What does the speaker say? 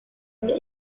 where